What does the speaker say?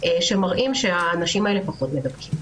שמראים שהאנשים האלה פחות מדבקים.